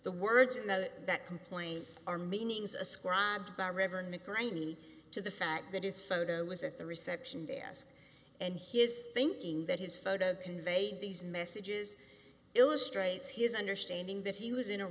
the words that complain are meanings ascribed by reverend nick rainey to the fact that his photo was at the reception there was and his thinking that his photo conveyed these messages illustrates his understanding that he was in a